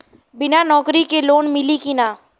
बिना नौकरी के लोन मिली कि ना?